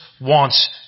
wants